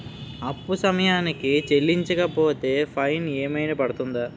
అప్పు సమయానికి చెల్లించకపోతే ఫైన్ ఏమైనా పడ్తుంద?